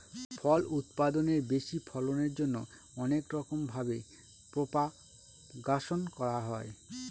ফল উৎপাদনের বেশি ফলনের জন্যে অনেক রকম ভাবে প্রপাগাশন করা হয়